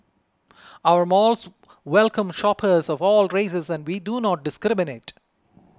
our malls welcome shoppers of all races and we do not discriminate